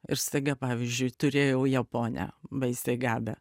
ir staiga pavyzdžiui turėjau japonę baisiai gabią